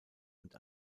und